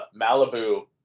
Malibu